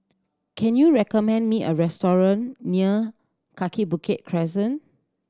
can you recommend me a restaurant near Kaki Bukit Crescent